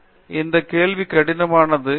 நிர்மலா இந்த கேள்வி கடினமானது